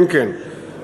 הוא מסביר.